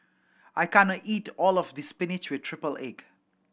I can't eat all of this spinach with triple egg